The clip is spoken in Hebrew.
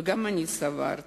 וגם אני סברתי